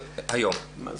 היום.